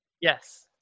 Yes